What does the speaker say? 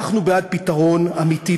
אנחנו בעד פתרון אמיתי,